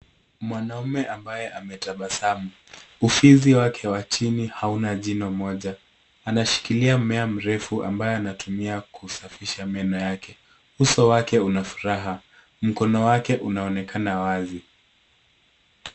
Mwanaume ambaye ametabasamu. Ufizi wake wa chini hauna jino moja. Anashikilia mmea mrefu ambaye anatumia kusafisha meno yake. Uso wake una furaha. Mkono wake unaonekana wazi.